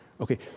okay